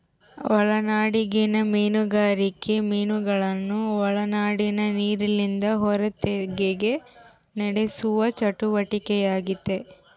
ಒಳನಾಡಿಗಿನ ಮೀನುಗಾರಿಕೆ ಮೀನುಗಳನ್ನು ಒಳನಾಡಿನ ನೀರಿಲಿಂದ ಹೊರತೆಗೆಕ ನಡೆಸುವ ಚಟುವಟಿಕೆಯಾಗೆತೆ